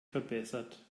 verbessert